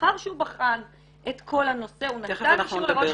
לאחר שהוא בחן את כל הנושא הוא נתן אישור לראש